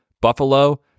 Buffalo